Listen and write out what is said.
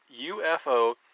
UFO